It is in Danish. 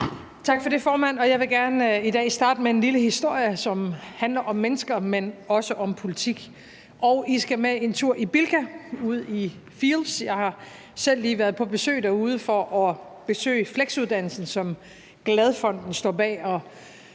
Tak for det, formand. Jeg vil gerne i dag starte med en lille historie, som handler om mennesker, men også om politik. I skal med en tur i Bilka ude i Field's. Jeg har selv lige været på besøg derude for at besøge den fleksuddannelse, som Glad Fonden står bag.